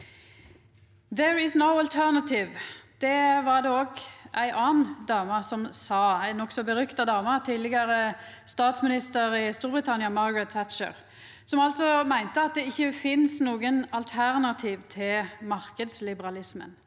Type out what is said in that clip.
«There is no alternative.» Det var det ei anna dame som sa, ei nokså berykta dame, tidlegare statsminister i Storbritannia, Margaret Thatcher, som altså meinte at det ikkje finst nokon alternativ til marknadsliberalismen.